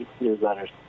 newsletters